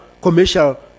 commercial